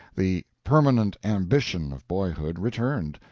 the permanent ambition of boyhood, returned,